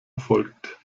erfolgt